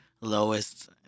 lowest